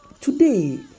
today